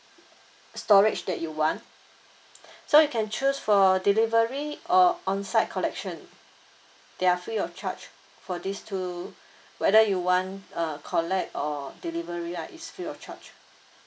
storage that you want so you can choose for delivery or on site collection they are free of charge for these two whether you want uh collect or delivery lah it's free of charge